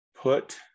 put